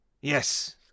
Yes